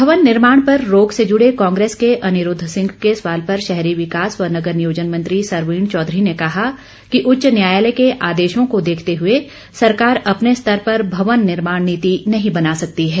भवन निर्माण पर रोक से जुड़े कांग्रेस के अनिरूद्व सिंह के सवाल पर शहरी विकास व नगर नियोजन मंत्री सरवीण चौधरी ने कहा कि उच्च न्यायालय के आदेशों को देखते हुए सरकार अपने स्तर पर भवन निर्माण नीति नहीं बना सकती है